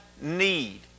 need